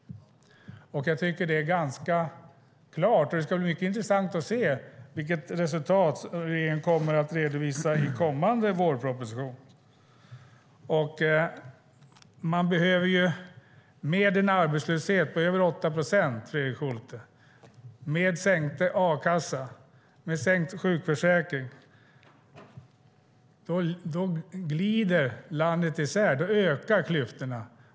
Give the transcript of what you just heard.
Jag tycker att det är ganska klart. Det ska bli mycket intressant att se vilket resultat regeringen kommer att redovisa i kommande vårproposition. Med en arbetslöshet på över 8 procent, Fredrik Schulte, med sänkt a-kassa och sänkt sjukförsäkring glider landet isär. Då ökar klyftorna.